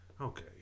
Okay